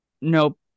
Nope